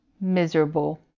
miserable